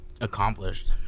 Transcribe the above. accomplished